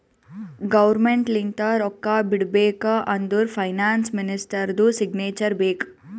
government ಲಿಂತ ರೊಕ್ಕಾ ಬಿಡ್ಬೇಕ ಅಂದುರ್ ಫೈನಾನ್ಸ್ ಮಿನಿಸ್ಟರ್ದು ಸಿಗ್ನೇಚರ್ ಬೇಕ್